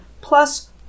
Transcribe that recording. plus